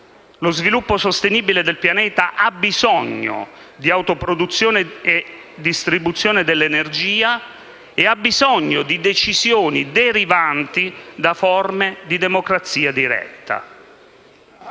lo sviluppo sostenibile del pianeta ha bisogno di autoproduzione e distribuzione dell'energia e di decisioni derivanti da forme di democrazia diretta.